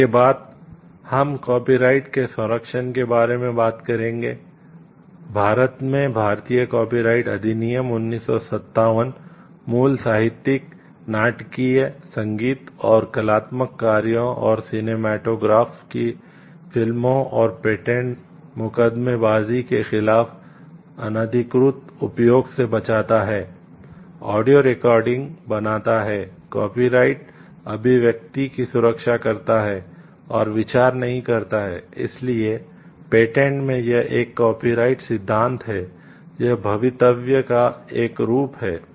इसके बाद हम कॉपीराइट सिद्धांत है यह अभिव्यक्ति का एक रूप है